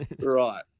Right